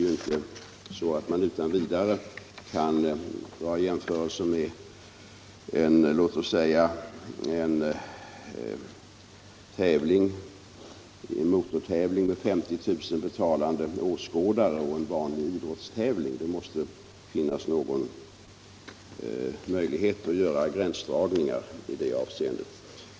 Man kan inte utan vidare göra jämförelser mellan låt oss säga en motortävling med 50 000 betalande åskådare och en vanlig idrottstävling. Det måste finnas någon möjlighet att göra gränsdragningar i det avseendet.